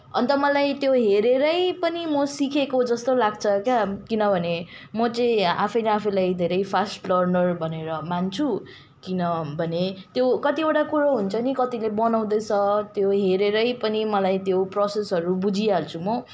अन्त मलाई त्यो हेरेरै पनि म सिकेको जस्तो लाग्छ क्या किनभने म चाहिँ आफूले आफूलाई धेरै फास्ट लर्नर भनेर मान्छु किनभने त्यो कतिवटा कुरा हुन्छ नि कतिले बनाउँदैछ त्यो हेरेरै पनि मलाई त्यो प्रसेसहरू बुझिहाल्छु म